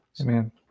Amen